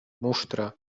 musztra